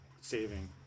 saving